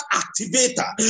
activator